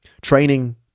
training